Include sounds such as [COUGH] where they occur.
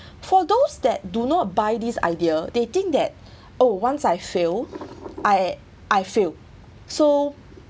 [BREATH] for those that do not buy this idea they think that [BREATH] oh once I failed I I failed so